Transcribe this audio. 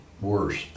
worse